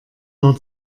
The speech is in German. war